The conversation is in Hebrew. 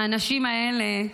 האנשים האלה,